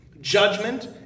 judgment